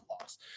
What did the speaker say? loss